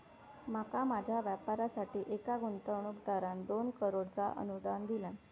माका माझ्या व्यापारासाठी एका गुंतवणूकदारान दोन करोडचा अनुदान दिल्यान